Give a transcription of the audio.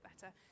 better